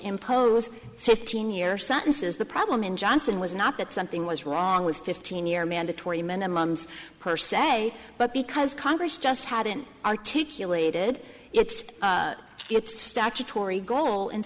impose fifteen year sentences the problem in johnson was not that something was wrong with fifteen year mandatory minimums per se but because congress just hadn't articulated its statutory goal